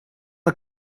een